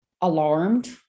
alarmed